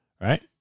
right